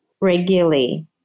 regularly